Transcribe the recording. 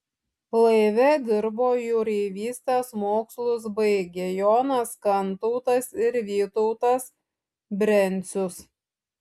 laive dirbo jūreivystės mokslus baigę jonas kantautas ir vytautas brencius